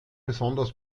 besonders